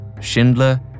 Schindler